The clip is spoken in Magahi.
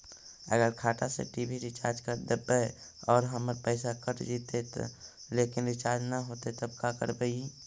अगर खाता से टी.वी रिचार्ज कर देबै और हमर पैसा कट जितै लेकिन रिचार्ज न होतै तब का करबइ?